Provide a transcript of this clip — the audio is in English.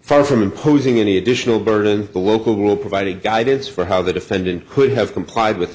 far from imposing any additional burden the local will provided guidance for how the defendant could have complied with the